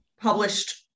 published